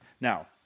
Now